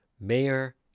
Mayor